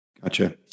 Gotcha